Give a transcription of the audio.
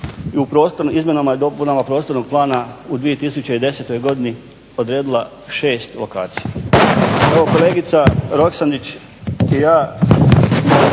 izmjenama i dopunama Prostornog plana u 2010. godini odredila 6 lokacija. Evo, kolegica Roksandić i ja